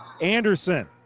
Anderson